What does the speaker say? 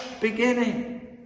beginning